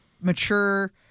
mature